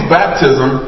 baptism